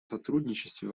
сотрудничестве